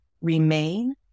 remain